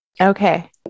Okay